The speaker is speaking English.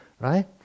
right